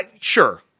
Sure